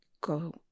go